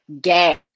gas